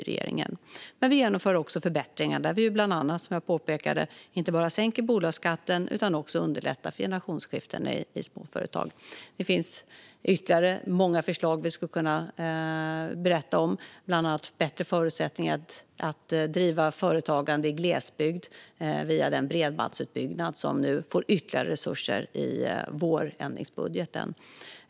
Vi genomför också förbättringar där vi bland annat, som jag påpekade, inte bara sänker bolagsskatten utan också underlättar för generationsskiften i småföretag. Det finns många ytterligare förslag som vi skulle kunna berätta om, bland annat bättre förutsättningar att driva företag i glesbygd via den bredbandsutbyggnad som nu får ytterligare resurser i vårändringsbudgeten.